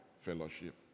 fellowship